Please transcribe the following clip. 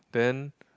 then